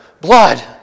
blood